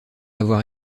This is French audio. avoir